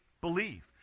believe